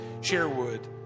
Sherwood